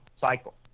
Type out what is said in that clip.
cycle